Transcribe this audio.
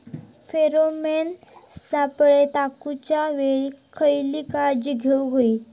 Pheromone सापळे टाकूच्या वेळी खयली काळजी घेवूक व्हयी?